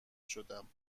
شدم